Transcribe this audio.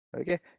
okay